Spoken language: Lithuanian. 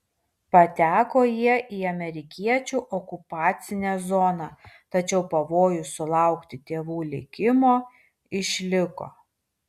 pateko jie į amerikiečių okupacinę zoną tačiau pavojus sulaukti tėvų likimo išliko